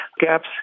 Gaps